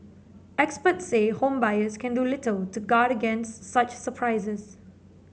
experts say home buyers can do little to guard against such surprises